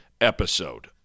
episode